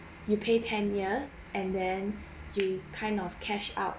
you pay ten years and then you kind of cash out